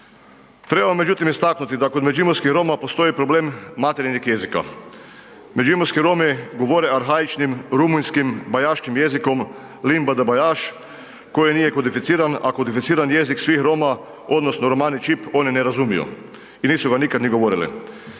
Treba međutim istaknuti da kod međimurskih Roma postoji problem materinjeg jezika. Međimurski Romi govore arhaičnim rumunjskim bajaškim jezikom limba d'bajaš koji nije kodificiran, a kodificiran jezik svih Roma odnosno romani čip oni ne razumiju i nisu ga nikad ni govorili.